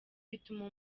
bituma